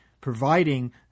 providing